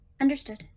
Understood